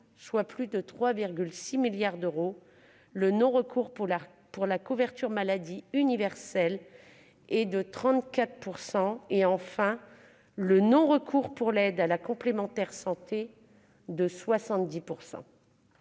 soit plus de 3,6 milliards d'euros ; le non-recours pour la couverture maladie universelle est de 34 %; enfin, le non-recours pour l'aide à la complémentaire santé